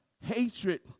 hatred